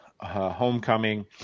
Homecoming